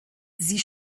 sie